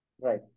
Right